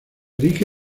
erige